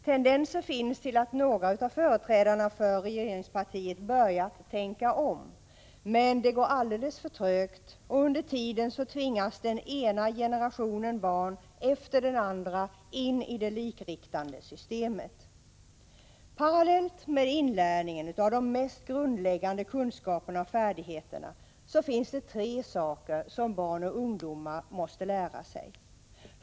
Tendenser finns till att några av företrädarna för regeringspartiet börjat tänka om, men det går alldeles för trögt, och under tiden tvingas den ena generationen barn efter den andra in i det likriktande systemet. Parallellt med inlärningen av de mest grundläggande kunskaperna och färdigheterna finns det tre saker som barn och ungdomar måste lära sig.